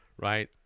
right